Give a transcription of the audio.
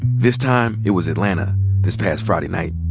this time, it was atlanta this past friday night.